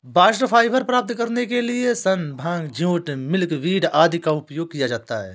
bast fibre प्राप्त करने के लिए सन, भांग, जूट, मिल्कवीड आदि का उपयोग किया जाता है